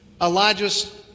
Elijah's